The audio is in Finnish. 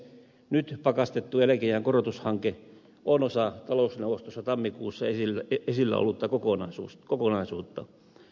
nyt pakastettu eläkeiän korotushanke on osa talousneuvostossa tammikuussa esillä ollutta kokonaisuutta